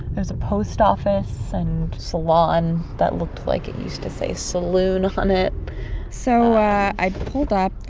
there's a post office and salon that looked like it used to say saloon on it so i i pulled up,